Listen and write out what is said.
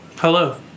hello